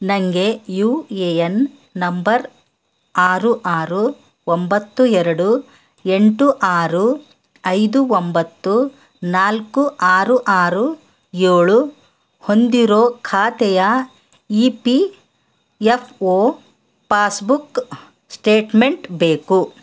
ನನಗೆ U A N number ಆರು ಆರು ಒಂಬತ್ತು ಎರಡು ಎಂಟು ಆರು ಐದು ಒಂಬತ್ತು ನಾಲ್ಕು ಆರು ಆರು ಏಳು ಹೊಂದಿರೋ ಖಾತೆಯ E P F O passbook statement ಬೇಕು